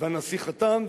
והנשיא חתם,